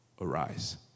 arise